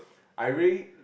I really